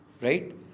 right